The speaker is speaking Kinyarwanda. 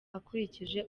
akurikije